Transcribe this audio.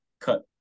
cut